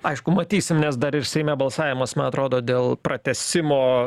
aišku matysim nes dar ir seime balsavimas man atrodo dėl pratęsimo